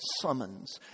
summons